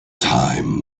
time